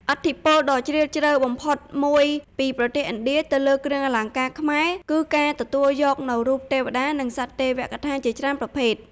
ឥទ្ធិពលដ៏ជ្រាលជ្រៅបំផុតមួយពីប្រទេសឥណ្ឌាទៅលើគ្រឿងអលង្ការខ្មែរ គឺការទទួលយកនូវរូបទេវតា និងសត្វទេវកថាជាច្រើនប្រភេទ។